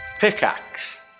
Pickaxe